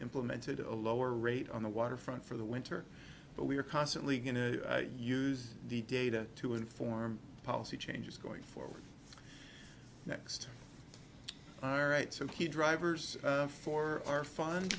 implemented a lower rate on the waterfront for the winter but we are constantly going to use the data to inform policy changes going forward next all right so key drivers for our fun